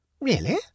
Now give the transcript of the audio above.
really